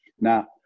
Now